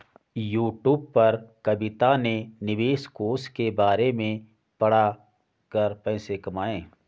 YouTube पर कविता ने निवेश कोष के बारे में पढ़ा कर पैसे कमाए